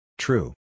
True